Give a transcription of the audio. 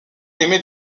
émet